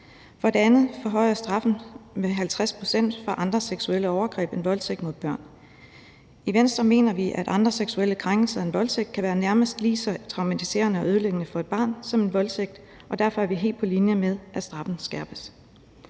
For det andet forhøjes straffen med 50 pct. for andre seksuelle overgreb end voldtægt mod børn. I Venstre mener vi, at andre seksuelle krænkelser end voldtægt kan være nærmest lige så traumatiserende og ødelæggende for et barn som en voldtægt, og derfor er vi helt på linje med, at straffen skærpes.